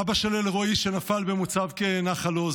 אבא של אלרואי שנפל במוצב נחל עוז,